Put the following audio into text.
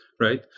right